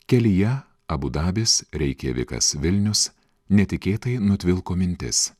kelyje abu dabis reikjavikas vilnius netikėtai nutvilko mintis